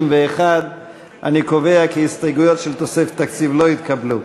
61. אני קובע כי ההסתייגויות של תוספת תקציב לא התקבלו.